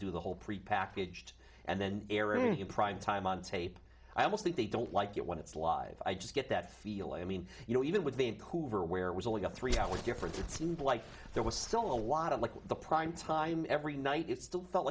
do the whole prepackaged and then airing in primetime on tape i almost think they don't like it when it's live i just get that feeling i mean you know even with the hoover where it was only a three hour difference it seemed like there was still a lot of like the prime time every night it still felt